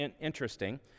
interesting